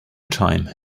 time